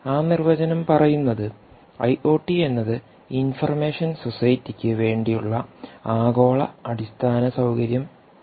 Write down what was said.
ആ നിർവചനം പറയുന്നത് ഐ ഒ ടി എന്നത് ഇൻഫോർമേഷൻ സൊസൈറ്റിക്ക് വേണ്ടിയുള്ള ആഗോള അടിസ്ഥാനസൌകര്യം ആണ്